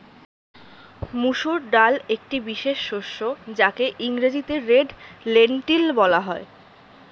মুসুর ডাল একটি বিশেষ শস্য যাকে ইংরেজিতে রেড লেন্টিল বলা হয়